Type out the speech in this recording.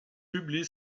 publie